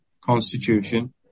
constitution